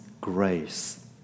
grace